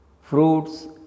Fruits